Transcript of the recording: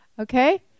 Okay